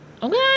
Okay